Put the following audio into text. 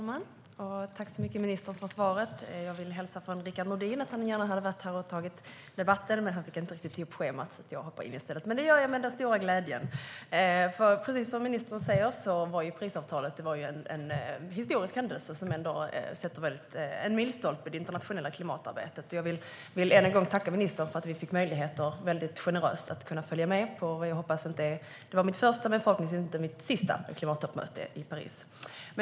Fru talman! Tack, ministern, för svaret! Rickard Nordin hälsar att han gärna hade varit här och tagit debatten, men han fick inte riktigt ihop schemat. Därför hoppar jag in i stället. Och det gör jag med stor glädje. Precis som ministern sa var Parisavtalet en historisk händelse. Det är en milstolpe i det internationella klimatarbetet. Jag vill än en gång tacka ministern för att vi fick möjlighet att följa med på det som var mitt första men förhoppningsvis inte mitt sista klimattoppmöte.